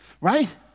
right